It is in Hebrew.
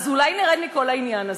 אז אולי תרד מכל העניין הזה?